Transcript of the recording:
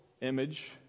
image